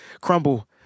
crumble